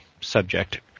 subject